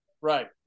Right